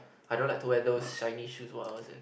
I don't like to wear those shiny shoes what was it